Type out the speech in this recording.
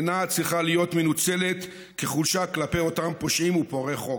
אינן צריכות להיות מנוצלות כחולשה כלפי אותם פושעים ופורעי חוק.